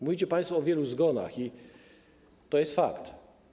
Mówicie państwo o wielu zgonach - to jest fakt.